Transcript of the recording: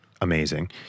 amazing